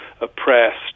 oppressed